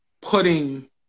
putting